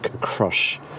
crush